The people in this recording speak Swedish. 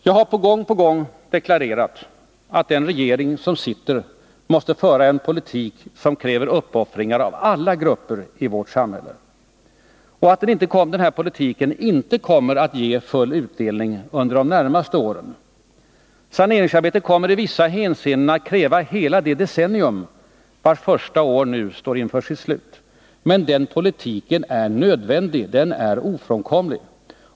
Jag har gång på gång deklarerat att den regering som sitter måste föra en politik som kräver uppoffringar av alla grupper i vårt samhälle och att den här politiken inte kommer att ge full utdelning under de närmaste åren. Saneringsarbetet kommer i vissa hänseenden att kräva hela det decennium, vars första år nu står inför sitt slut. Men den politiken är nödvändig och ofrånkomlig.